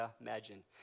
imagine